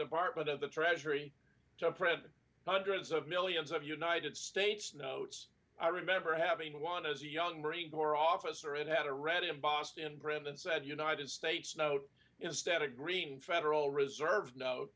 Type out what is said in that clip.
department of the treasury to print hundreds of millions of united states notes i remember having one as a young marine corps officer and had to read embossed in print and said united states note instead a green federal reserve no